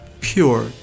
pure